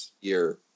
year